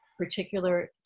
particular